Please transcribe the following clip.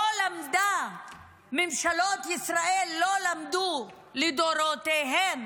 ממשלות ישראל לדורותיהן